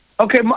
Okay